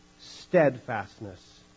Steadfastness